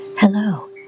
Hello